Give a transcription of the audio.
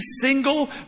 single